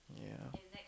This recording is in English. ya